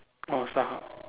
orh start-up